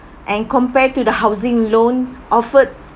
and compared to the housing loan offered